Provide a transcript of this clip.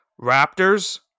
Raptors